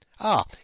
Ah